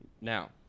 Now